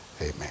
Amen